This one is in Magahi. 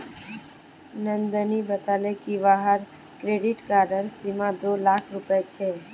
नंदनी बताले कि वहार क्रेडिट कार्डेर सीमा दो लाख रुपए छे